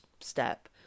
step